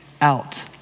out